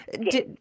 Yes